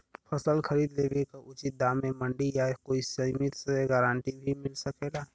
फसल खरीद लेवे क उचित दाम में मंडी या कोई समिति से गारंटी भी मिल सकेला?